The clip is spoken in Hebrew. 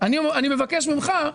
אני מבקש ממך,